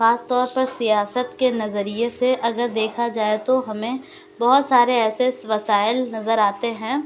خاص طور پر سیاست کے نظریے سے اگر دیکھا جائے تو ہمیں بہت سارے ایسے وسائل نظر آتے ہیں